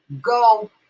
go